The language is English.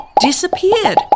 disappeared